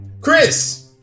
Chris